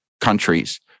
countries